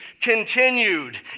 continued